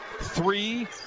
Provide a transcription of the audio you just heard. three